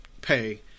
pay